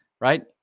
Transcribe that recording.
right